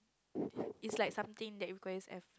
it's like something that requires effort